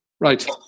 Right